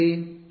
ವಿದ್ಯಾರ್ಥಿ 0